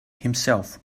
himself